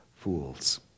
fools